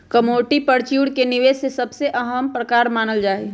commodity future के निवेश के सबसे अहम प्रकार मानल जाहई